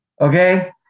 Okay